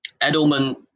Edelman